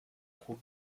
who